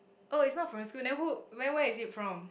oh it's not from your school then who where is it from